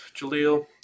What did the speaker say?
jaleel